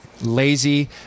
lazy